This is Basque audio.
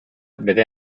bere